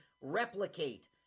Replicate